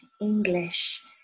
English